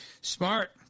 Smart